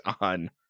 on